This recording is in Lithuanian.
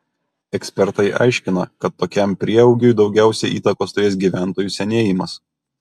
ekspertai aiškina kad tokiam prieaugiui daugiausiai įtakos turės gyventojų senėjimas